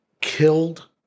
killed